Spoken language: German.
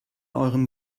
eurem